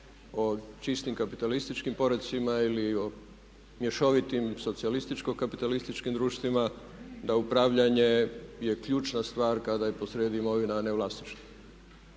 o čistim kapitalističkim poredcima ili o mješovitim socijalističko-kapitalističkim društvima, da upravljanje je ključna stvar kada je posrijedi imovina a ne vlasništvo.